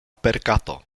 perkato